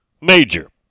major